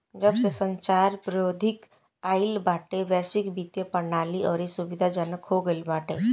जबसे संचार प्रौद्योगिकी आईल बाटे वैश्विक वित्तीय प्रणाली अउरी सुविधाजनक हो गईल बाटे